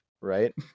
right